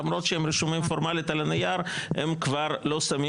למרות שהם רשומים פורמלית על הנייר הם כבר לא שמים